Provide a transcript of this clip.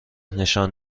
نشان